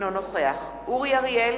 אינו נוכח אורי אריאל,